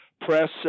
press